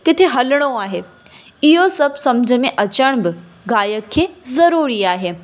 किथे हलिणो आहे इहो सभु सम्झि में अचण बि गायक खे ज़रूरी आहे